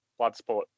Bloodsport